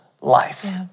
life